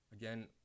Again